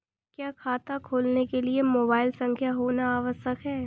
क्या खाता खोलने के लिए मोबाइल संख्या होना आवश्यक है?